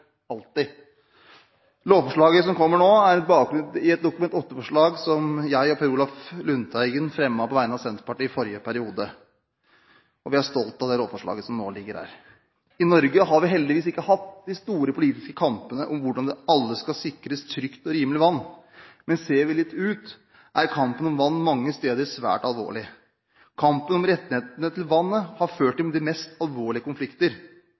alltid. Lovforslaget som kommer nå, har bakgrunn i et Dokument nr. 8-forslag som jeg og Per Olaf Lundteigen fremmet på vegne av Senterpartiet i forrige periode, og vi er stolt av det lovforslaget som nå ligger her. I Norge har vi heldigvis ikke hatt de store politiske kampene om hvordan alle skal sikres trygt og rimelig vann. Men ser vi litt ut, er kampen om vann mange steder svært alvorlig. Kampen om rettighetene til vannet har ført til de mest alvorlige konflikter.